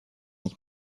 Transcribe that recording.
ich